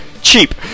cheap